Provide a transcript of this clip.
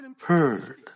heard